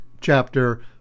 chapter